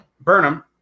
Burnham